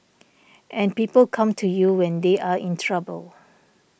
and people come to you when they are in trouble